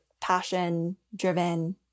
passion-driven